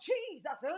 Jesus